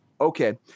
okay